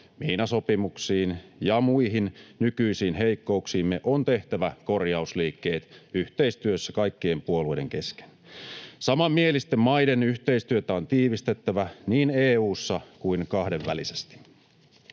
miinasopimuksiin ja muihin nykyisiin heikkouksiimme on tehtävä korjausliikkeet, yhteistyössä kaikkien puolueiden kesken. Samanmielisten maiden yhteistyötä on tiivistettävä niin EU:ssa kuin kahdenvälisesti.